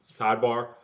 sidebar